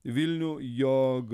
vilnių jog